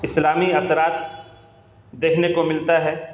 اسلامی اثرات دیکھنے کو ملتا ہے